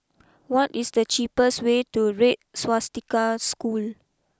what is the cheapest way to Red Swastika School